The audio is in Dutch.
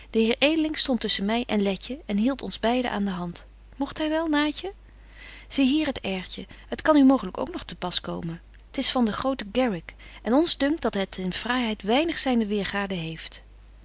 de heer edeling stondt tusschen my en letje en hieldt ons beide aan de hand mogt hy wel naatje zie hier het airtje het kan u mooglyk ook nog te pas komen t is van den groten garrick en ons dunkt dat het in fraaiheid weinig zyne weêrgade heeft